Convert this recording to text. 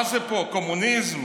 מה זה פה, קומוניזם?